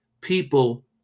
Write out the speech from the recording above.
people